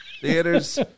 Theaters